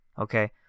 okay